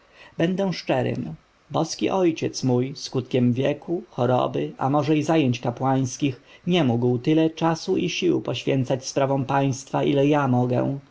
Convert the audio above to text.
będę szczerym boski ojciec mój skutkiem wieku choroby a może i zajęć kapłańskich nie mógł tyle sił i czasu poświęcić sprawom państwa ile ja mogę